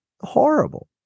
Horrible